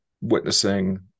witnessing